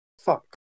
Fuck